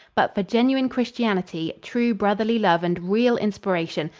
but for genuine christianity, true brotherly love and real inspiration,